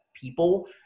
people